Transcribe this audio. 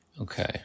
Okay